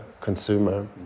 consumer